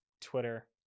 Twitter